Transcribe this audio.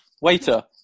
waiter